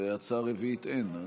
הצעה רביעית אין.